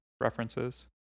references